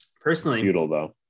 Personally